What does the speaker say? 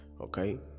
Okay